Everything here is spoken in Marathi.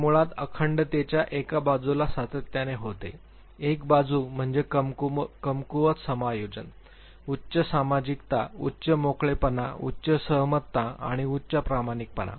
हे मुळात अखंडतेच्या एका बाजूला सातत्याने होते एक बाजू म्हणजे कमकुवत समायोजन उच्च सामाजिकता उच्च मोकळेपणा उच्च सहमतता आणि उच्च प्रामाणिकपणा